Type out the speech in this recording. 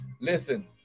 Listen